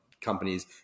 companies